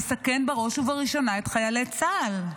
ומסכן בראש ובראשונה את חיילי צה"ל.